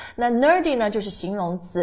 那nerdy呢就是形容词